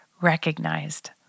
recognized